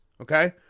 okay